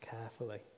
carefully